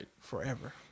forever